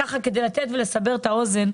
כדי לסבר את האוזן,